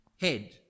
head